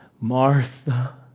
Martha